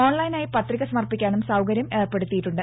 ഓൺലൈനായി പത്രിക സമർപ്പിക്കാനും സൌകര്യം ഏർപ്പെടുത്തിയിട്ടുണ്ട്